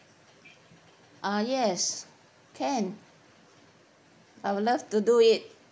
ah yes can I would love to do it